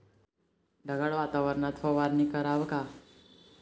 ढगाळ वातावरनात फवारनी कराव का?